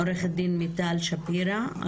לעורכת דין מיטל שפירא,